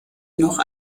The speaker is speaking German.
noch